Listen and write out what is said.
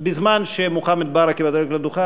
בזמן שמוחמד ברכה בדרך לדוכן,